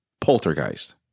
poltergeist